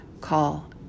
call